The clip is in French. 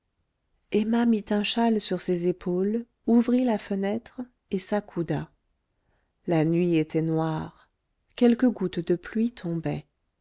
emma mit un châle sur ses épaules ouvrit la fenêtre et s'accouda la nuit était noire quelques gouttes de pluie tombaient